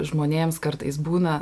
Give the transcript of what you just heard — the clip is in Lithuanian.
žmonėms kartais būna